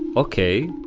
okay,